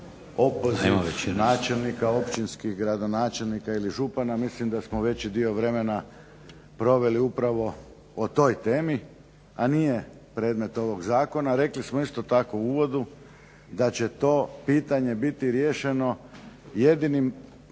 opoziv načelnika, općinskih gradonačelnika ili župana. Mislim da smo veći dio vremena proveli upravo o toj temi, a nije predmet ovog zakona. Rekli smo isto tako u uvodu da će to pitanje biti riješeno jedinim